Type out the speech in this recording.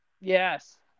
Yes